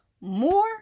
more